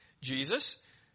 Jesus